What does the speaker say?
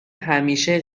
همیشه